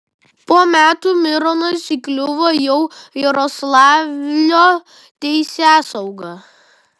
po metų mironas įkliuvo jau jaroslavlio teisėsaugai